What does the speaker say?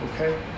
okay